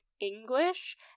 English